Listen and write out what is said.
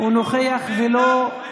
ג'וב טוב.